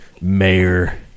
Mayor